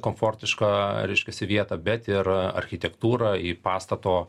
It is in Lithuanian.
komfortišką reiškiasi vietą bet ir architektūrą į pastato